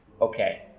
okay